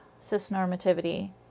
cisnormativity